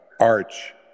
arch